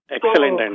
Excellent